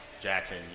Jackson